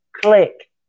click